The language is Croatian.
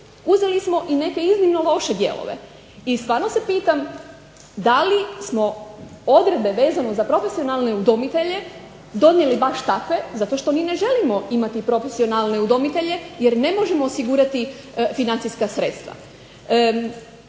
uzeli smo i neke iznimno loše dijelove. I stvarno se pitam da li smo odredbe vezano za profesionalne udomitelje donijeli baš takve zato što ni ne želimo imati profesionalne udomitelje jer ne možemo osigurati financijska sredstva.